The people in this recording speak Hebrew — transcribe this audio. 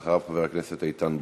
ואחריו, חבר הכנסת איתן ברושי.